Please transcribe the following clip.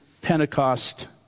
Pentecost